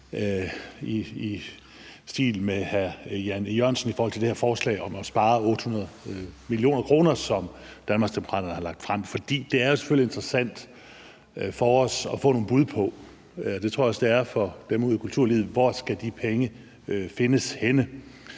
i stil med hr. Jan E. Jørgensen i forhold til det her forslag om at spare 800 mio. kr., som Danmarksdemokraterne har lagt frem, for det er selvfølgelig interessant for os at få nogle bud på – det tror jeg også det er for dem ude i kulturlivet – hvor de penge skal findes henne.